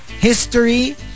History